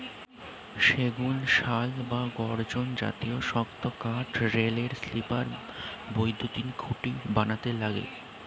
সেগুন, শাল বা গর্জন জাতীয় শক্ত কাঠ রেলের স্লিপার, বৈদ্যুতিন খুঁটি বানাতে লাগে